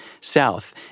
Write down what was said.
south